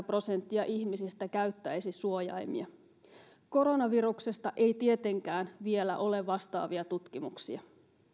prosenttia ihmisistä käyttäisi suojaimia koronaviruksesta ei tietenkään vielä ole vastaavia tutkimuksia